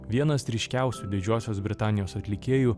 vienas ryškiausių didžiosios britanijos atlikėjų